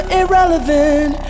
irrelevant